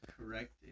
correct